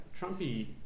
Trumpy